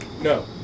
No